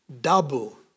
double